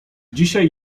dzisiaj